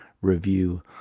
review